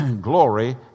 glory